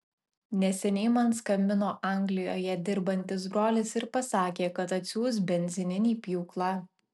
neseniai man skambino anglijoje dirbantis brolis ir pasakė kad atsiųs benzininį pjūklą